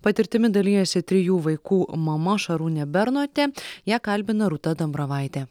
patirtimi dalijasi trijų vaikų mama šarūnė bernotė ją kalbina rūta dambravaitė